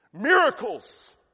Miracles